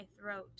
throat